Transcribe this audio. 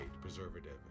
preservative